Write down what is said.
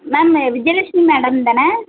ma'am Vijayalakshmi madam தானே